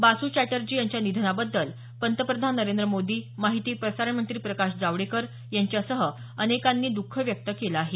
बासू चॅटर्जी यांच्या निधनाबद्दल पंतप्रधान नरेंद्र मोदी माहिती प्रसारणमंत्री प्रकाश जावडेकर यांच्यासह अनेकांनी द्ख व्यक्त केलं आहे